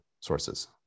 sources